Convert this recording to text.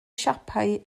siapau